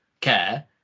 care